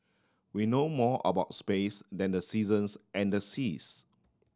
we know more about space than the seasons and the seas